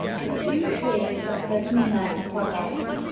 so if you take a certain value for x,